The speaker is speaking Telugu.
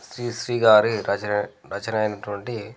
శ్రీ శ్రీ గారు రచ రచనైనటువంటి